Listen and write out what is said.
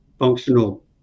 functional